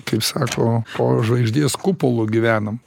kaip sako po žvaigždės kupolu gyvenam